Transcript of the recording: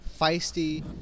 feisty